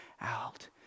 out